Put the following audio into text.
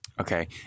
Okay